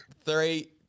Three